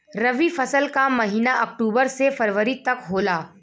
रवी फसल क महिना अक्टूबर से फरवरी तक होला